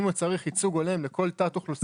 אם צריך ייצוג הולם לכל תת אוכלוסייה-